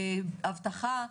אבטחה.